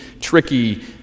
tricky